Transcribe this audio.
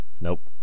Nope